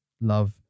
Love